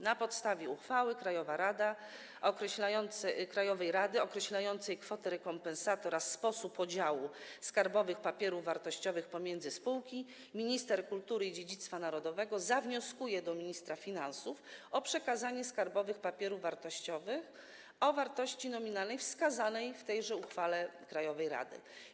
Na podstawie uchwały krajowej rady określającej kwotę rekompensaty oraz sposób podziału skarbowych papierów wartościowych pomiędzy spółki minister kultury i dziedzictwa narodowego zawnioskuje do ministra finansów o przekazanie skarbowych papierów wartościowych o wartości nominalnej wskazanej w tejże uchwale krajowej rady.